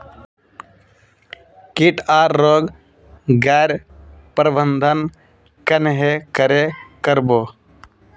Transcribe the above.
किट आर रोग गैर प्रबंधन कन्हे करे कर बो?